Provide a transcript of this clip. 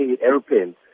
airplanes